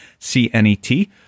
CNET